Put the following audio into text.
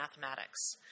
mathematics